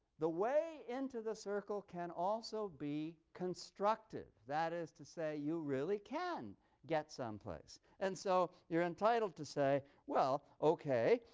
the way into the circle can also be constructive. that is to say, you really can get someplace, and so you're entitled to say, well, okay.